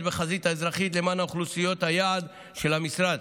בחזית האזרחית למען אוכלוסיות היעד של המשרד,